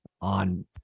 On